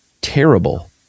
terrible